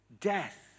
death